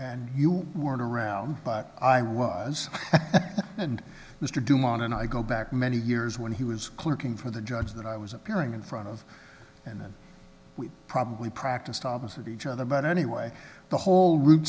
and you weren't around but i was and mr dumont and i go back many years when he was clerking for the judges that i was appearing in front of and we probably practiced opposite each other but anyway the whole route